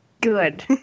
Good